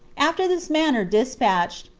after this manner, despatched,